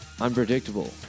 unpredictable